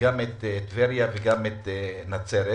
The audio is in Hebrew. גם את טבריה וגם את נצרת.